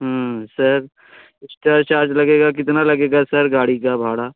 sir extra charge लगेगा कितना लगेगा सर गाड़ी का भाड़ा